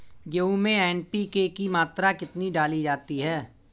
गेहूँ में एन.पी.के की मात्रा कितनी डाली जाती है?